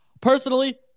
Personally